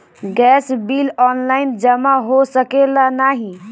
Gas bill online जमा हो सकेला का नाहीं?